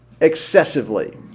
excessively